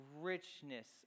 richness